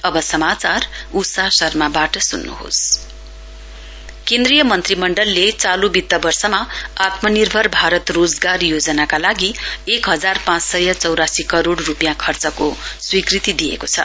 union cabinet केन्द्रीय मन्त्रीमण्डलले चालू वित्त वर्षमा आत्मनिर्भर भारत रोजगार योजनाका लागि एक हजार पाँच सय चौरासी करोड़ रूपियाँ खर्चको स्वीकृति दिएको छ